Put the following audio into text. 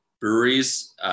breweries